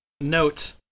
note